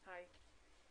היי.